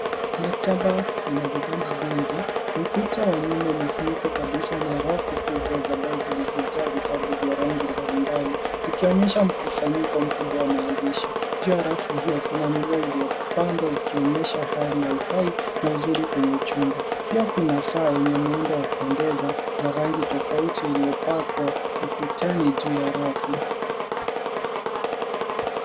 Mkataba ina vitabu vingi. Ukuta wa nyuma umefunikwa kabisa na rafu kubwa za mbao zilizojaa vitabu vya rangi mbalimbali zikionyesha mkusanyiko mkubwa wa maandishi. Juu ya rafu hiyo kuna mimea iliyopandwa ikionyesha hali ya uhai na uzuri kwenye chumba pia kuna saa yenye muundo wa kupendeza na rangi tofauti iliyopakwa ukutani juu ya rafu.